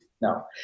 No